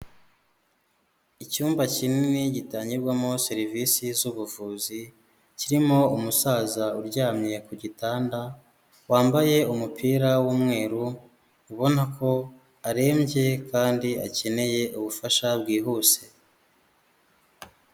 Icyumba kinini gitangirwamo serivisi zubuvuzi, kirimo umusaza uryamye ku gitanda, wambaye umupira w'umweru, ubona ko arembye kandi akeneye ubufasha bwihuse.